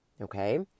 Okay